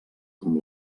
com